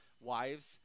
Wives